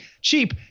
cheap